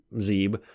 Zeb